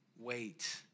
wait